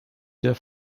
der